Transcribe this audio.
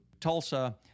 tulsa